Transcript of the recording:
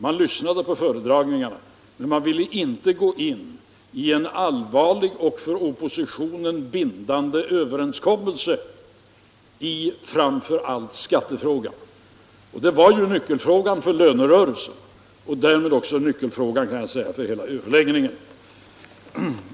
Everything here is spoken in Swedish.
Man lyssnade på föredragningarna men ville inte gå in i en allvarlig diskussion och en för oppositionen bindande överenskommelse i framför allt skattefrågan. Och den var nyckelfrågan för lönerörelsen och därmed också för hela överläggningen.